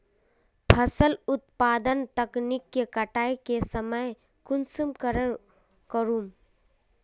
फसल उत्पादन तकनीक के कटाई के समय कुंसम करे करूम?